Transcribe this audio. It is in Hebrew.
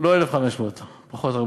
לא 1,500. הרבה פחות.